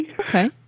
Okay